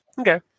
Okay